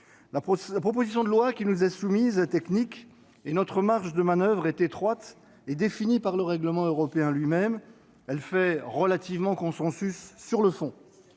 La proposition de loi qui nous est soumise est technique ; notre marge de manoeuvre, étroite, est définie par le règlement européen lui-même. Mais la proposition de loi fait relativement consensus sur le fond.